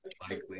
Likely